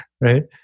right